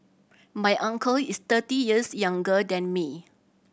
my uncle is thirty years younger than me